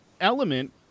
element